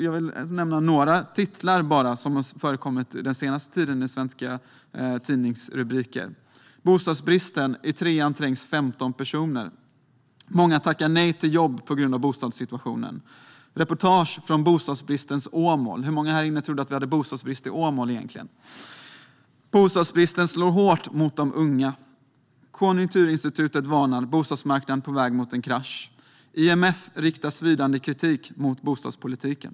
Jag vill nämna några av de svenska tidningsrubriker som har förekommit den senaste tiden: Bostadsbristen: I trean trängs 15 personer , Många tackar nej till jobb på grund av bostadssituationen , Reportage från bostadsbristens Åmål - hur många här inne trodde att vi hade bostadsbrist i Åmål - Bostadsbristen slår hårt mot de unga , KI varnar: Bostadsmarknaden på väg mot en krasch och IMF riktar svidande kritik mot bostadspolitiken .